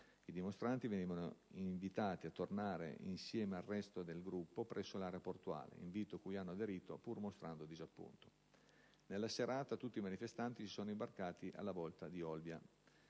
I dimostranti venivano invitati a tornare insieme al resto del gruppo presso l'area portuale, invito cui hanno aderito pur mostrando disappunto. Nella serata, tutti i manifestanti si sono imbarcati alla volta di Olbia.